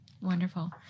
Wonderful